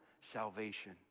salvation